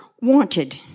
wanted